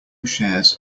shares